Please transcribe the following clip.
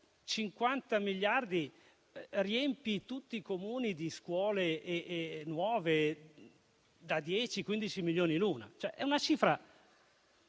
50 miliardi riempi tutti i Comuni di scuole nuove da 10-15 milioni l'una. È una cifra